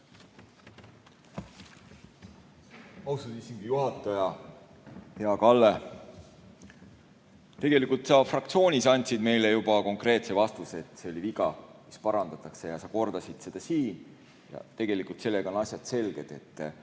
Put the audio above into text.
istungi juhataja! Hea Kalle! Tegelikult sa fraktsioonis andsid meile juba konkreetse vastuse, et see oli viga ja see parandatakse. Ja sa kordasid seda siin ja tegelikult sellega on asjad selged.